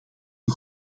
een